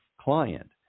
client